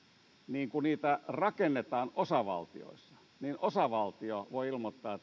niin kun niitä rakennetaan osavaltioissa niin osavaltio voi ilmoittaa